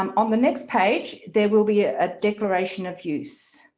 um on the next page there will be a ah declaration of use.